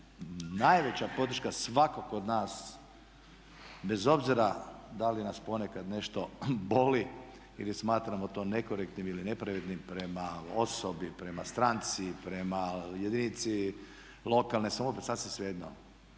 najveća podrška svakog od nas bez obzira da li nas ponekad nešto boli ili smatramo to nekorektnim ili nepravednim prema osobi, prema stranci, prema jedinici lokalne samouprave, sasvim svejedno.